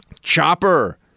Chopper